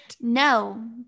No